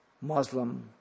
Muslim